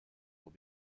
will